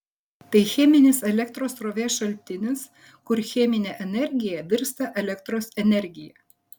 tai cheminis elektros srovės šaltinis kur cheminė energija virsta elektros energija